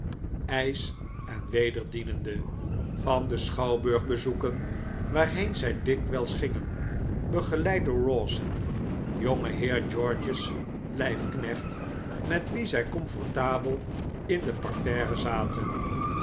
ijs en weer dienende van den schouwburg bezoeken waarheen zij dikwijls gingen begeleid door rowson jongeheer george's lijf knecht met wien zij comfortabel in het parterre zaten